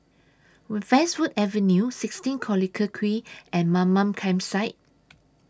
Wood Westwood Avenue sixteen Collyer Quay and Mamam Campsite